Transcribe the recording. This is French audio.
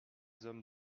hommes